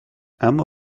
اما